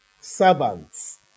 servants